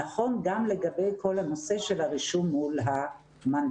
נכון גם לגבי כל הנושא של הרישום מול המנב"סנט,